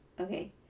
Okay